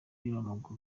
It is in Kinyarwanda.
w’umupira